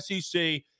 SEC